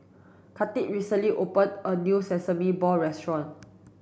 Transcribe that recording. Kathi recently opened a new sesame balls restaurant